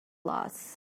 lost